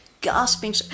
gasping